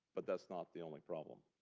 but that's not the only problem.